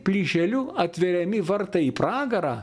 plyšeliu atveriami vartai į pragarą